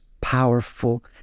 powerful